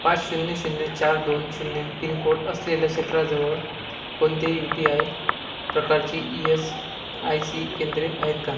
पाच शून्य शून्य चार दोन शून्य पिनकोड असलेल्या क्षेत्राजवळ कोणतेही यू टी आय प्रकारची ई एस आय सी केंद्रे आहेत का